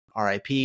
RIP